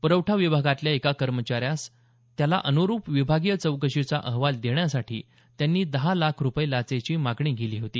पुरवठा विभागातल्या एका कर्मचाऱ्यास त्याला अनुरुप विभागीय चौकशीचा अहवाल देण्यासाठी त्यांनी दहा लाख रुपये लाचेची मागणी केली होती